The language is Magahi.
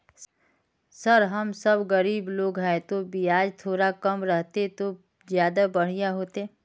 सर हम सब गरीब लोग है तो बियाज थोड़ा कम रहते तो ज्यदा बढ़िया होते